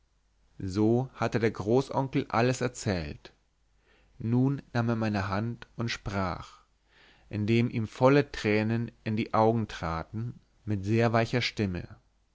so hatte der großonkel alles erzählt nun nahm er meine hand und sprach indem ihm volle tränen in die augen traten mit sehr weicher stimme